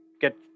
get